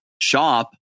shop